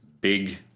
big